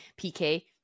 PK